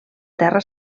terra